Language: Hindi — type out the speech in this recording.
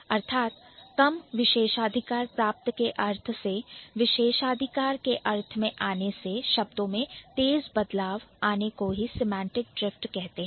अर्थात कम विशेषाधिकार प्राप्त के अर्थ से विशेषाधिकार के अर्थ में आने से शब्दों में तेज बदलाव आने को ही सेमांटिक ड्रिफ्ट कहते हैं